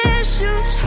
issues